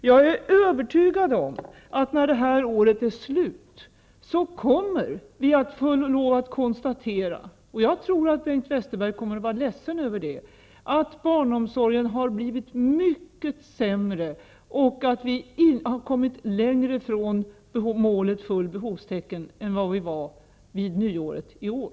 Jag är övertygad om att vi vid årets slut kommer att tvingas att konstatera -- och jag tror att Bengt Westerberg kommer att vara ledsen över det -- att barnomsorgen har blivit mycket sämre och att målet full behovstäckning kommer att vara avlägsnare än vad det var vid nyåret i år.